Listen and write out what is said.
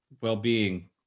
well-being